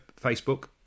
Facebook